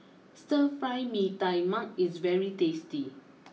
Stir Fry Mee Tai Mak is very tasty